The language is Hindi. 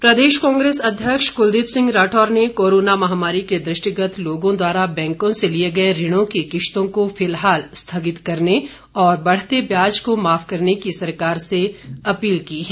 राठौर प्रदेश कांग्रेस अध्यक्ष कुलदीप सिंह राठौर ने कोरोना महामारी के दृष्टिगत लोगों द्वारा बैंकों से लिए गए ऋणों की किश्तों को फिलहाल स्थगित करने और बढ़ते ब्याज को माफ करने की सरकार से अपील की है